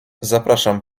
zapraszam